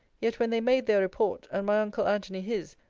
yet when they made their report, and my uncle antony his,